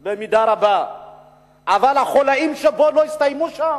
במידה רבה אבל החוליים שבו לא הסתיימו שם.